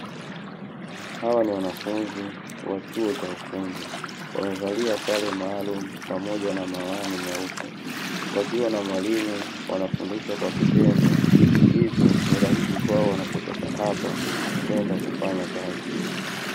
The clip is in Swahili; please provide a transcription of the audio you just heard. Hawa ni wanafunzi wa chuo cha ufundi. Wamevalia sare maalumu, pamoja na miwani meupe wakiwa na mwalimu, wanafundishwa kwa vitendo. Hivyo, ni rahisi kwao wanapotoka hapa kwenda kufanya kazi.